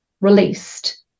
released